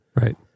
right